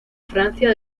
francia